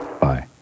Bye